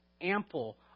ample